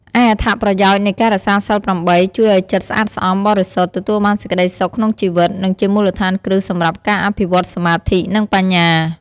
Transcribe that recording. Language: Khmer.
ឯអត្ថប្រយោជន៍នៃការរក្សាសីល ៨ ជួយឱ្យចិត្តស្អាតស្អំ បរិសុទ្ធ ទទួលបានសេចក្តីសុខក្នុងជីវិត និងជាមូលដ្ឋានគ្រឹះសម្រាប់ការអភិវឌ្ឍសមាធិ និងបញ្ញា។